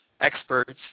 experts